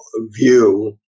view